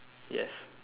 yes